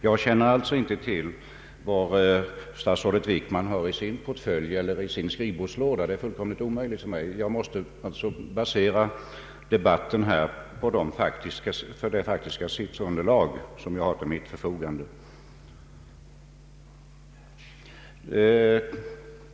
Jag känner alltså inte till vad statsrådet Wickman har i sin portfölj eller i sin skrivbordslåda. Det är fullkomligt omöjligt för mig att veta sådant. Jag måste basera debatten på det faktiska sifferunderlag som jag har till mitt förfogande.